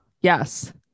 yes